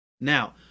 Now